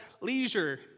leisure